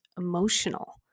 emotional